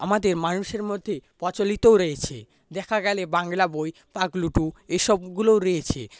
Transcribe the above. আমাদের মানুষের মধ্যে প্রচলিতও রয়েছে দেখা গেলে বাংলা বই পাগলু টু এসবগুলো রয়েছে